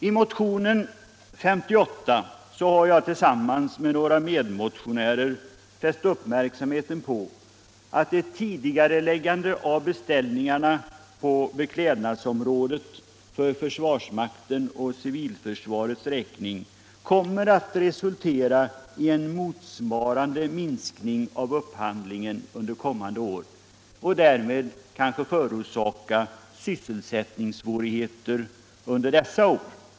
I motionen 58 har jag tillsammans med några medmotionärer fäst uppmärksamheten på att ett tidigareläggande av beställningarna på beklädnadsområdet för försvarsmaktens och civilförsvarets räkning kommer att resultera i en motsvarande minskning av upphandlingen under kommande år och därmed kanske förorsaka sysselsättningssvårigheter under dessa år.